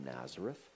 Nazareth